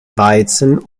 weizen